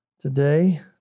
today